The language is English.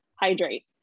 hydrate